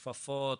כפפות,